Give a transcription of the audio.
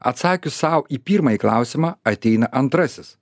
atsakius sau į pirmąjį klausimą ateina antrasis